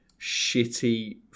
shitty